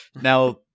Now